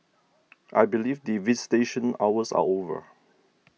I believe the visitation hours are over